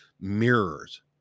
mirrors